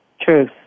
Truth